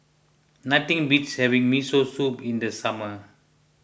nothing beats having Miso Soup in the summer